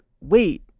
wait